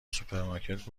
سوپرمارکت